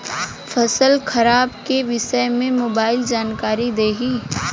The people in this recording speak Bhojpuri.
फसल खराब के विषय में मोबाइल जानकारी देही